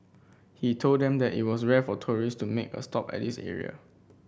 he told them that it was rare for tourist to make a stop at this area